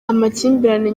amakimbirane